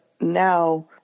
now